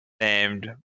named